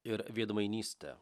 ir veidmainystę